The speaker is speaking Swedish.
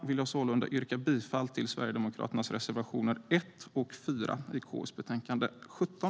Med detta vill jag yrka bifall till Sverigedemokraternas reservationer 1 och 4 i KU:s betänkande 17.